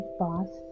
boss